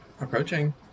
Approaching